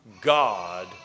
God